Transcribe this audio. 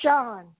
John